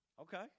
Okay